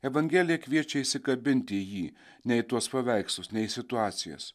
evangelija kviečia įsikabinti į jį ne į tuos paveikslus ne į situacijas